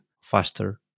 faster